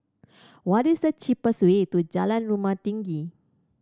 what is the cheapest way to Jalan Rumah Tinggi